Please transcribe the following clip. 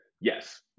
yes